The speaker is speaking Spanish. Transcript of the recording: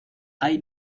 hay